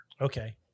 Okay